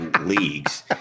leagues